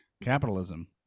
Capitalism